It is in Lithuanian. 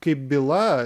kaip byla